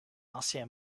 ancien